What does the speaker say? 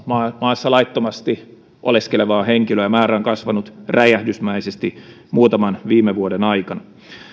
maassa laittomasti oleskelevaa henkilöä ja määrä on kasvanut räjähdysmäisesti muutaman viime vuoden aikana